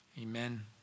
Amen